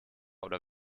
oder